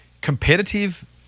competitive